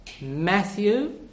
Matthew